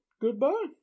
goodbye